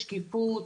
שקיפות,